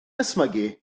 ysmygu